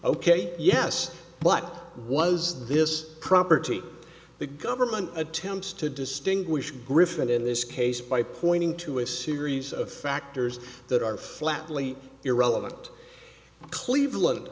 ok yes but was this property the government attempts to distinguish griffith in this case by pointing to a series of factors that are flatly irrelevant cleveland